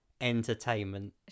entertainment